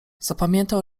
zapamiętał